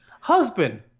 Husband